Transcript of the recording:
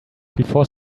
before